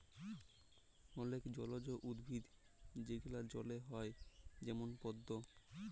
অলেক জলজ উদ্ভিদ যেগলা জলে হ্যয় যেমল পদ্দ